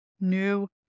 new